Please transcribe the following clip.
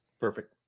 Perfect